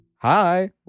Hi